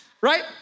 right